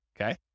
okay